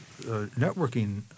networking